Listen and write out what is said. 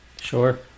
Sure